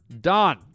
done